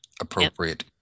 appropriate